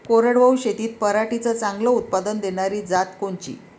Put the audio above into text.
कोरडवाहू शेतीत पराटीचं चांगलं उत्पादन देनारी जात कोनची?